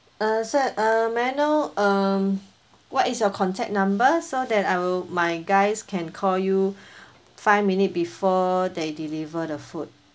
err sir err may I know um what is your contact number so that I will my guys can call you five minute before they deliver the food